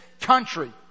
country